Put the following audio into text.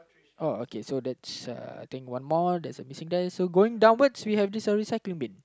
oh okay so that's uh I think one more there's a missing dye so going downwards we have this a recycling bin